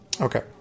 Okay